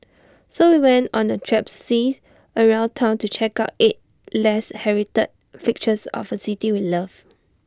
so we went on A traipse around Town to check out eight less heralded fixtures of A city we love